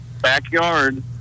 Backyard